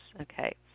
Okay